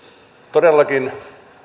todellakin